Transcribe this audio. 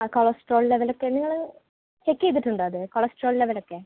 ആ കൊളസ്ട്രോൾ ലെവലൊക്കെ നിങ്ങൾ ചെക്ക് ചെയ്തിട്ടുണ്ടോ അത് കൊളസ്ട്രോൾ ലെവലൊക്കെ